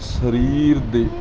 ਸਰੀਰ ਦੇ